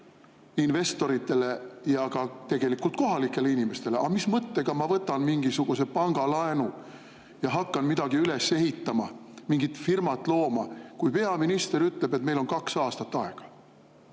investoritele ja ka tegelikult kohalikele inimestele. Mis mõttega ma võtan mingisuguse pangalaenu ja hakkan midagi üles ehitama, mingit firmat looma, kui peaminister ütleb, et meil on kaks aastat aega?